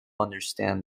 understand